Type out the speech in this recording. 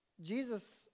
Jesus